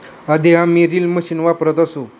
आधी आम्ही reel machine वापरत असू